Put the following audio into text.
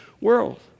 world